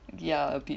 ya a bit